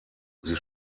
sie